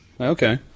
Okay